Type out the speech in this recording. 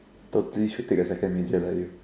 totally should take a second major lah you